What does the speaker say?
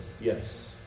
Yes